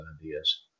ideas